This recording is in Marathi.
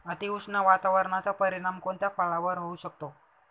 अतिउष्ण वातावरणाचा परिणाम कोणत्या फळावर होऊ शकतो?